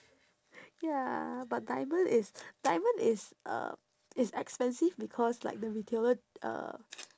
ya but diamond is diamond is uh is expensive because like the retailer uh